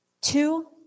Two